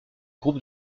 groupe